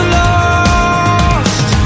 lost